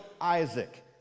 Isaac